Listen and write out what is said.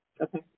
Okay